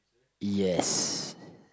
yes